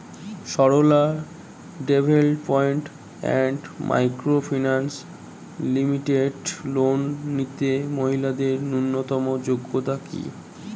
Sarala development and micro finance limited loan নিতে মহিলাদের ন্যূনতম যোগ্যতা কী?